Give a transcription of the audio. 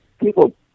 people